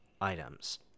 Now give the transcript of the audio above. items